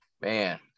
man